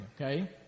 okay